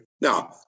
Now